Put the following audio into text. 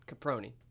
caproni